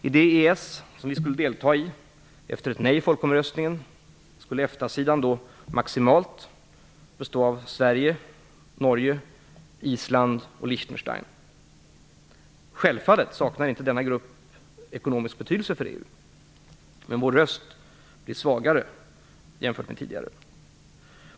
I det EES som vi skulle delta i efter ett nej i folkomröstningen skulle EFTA-sidan maximalt bestå av Sverige, Norge, Island och Liechtenstein. Självfallet saknar inte denna grupp ekonomisk betydelse för EU, men vår röst blir svagare jämfört med tidigare.